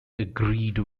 agreed